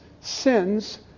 sins